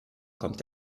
kommt